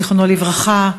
זיכרונו לברכה,